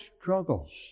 struggles